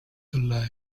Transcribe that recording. alive